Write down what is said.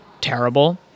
terrible